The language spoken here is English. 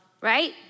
right